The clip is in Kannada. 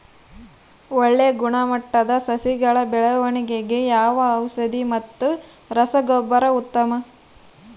ಒಳ್ಳೆ ಗುಣಮಟ್ಟದ ಸಸಿಗಳ ಬೆಳವಣೆಗೆಗೆ ಯಾವ ಔಷಧಿ ಮತ್ತು ರಸಗೊಬ್ಬರ ಉತ್ತಮ?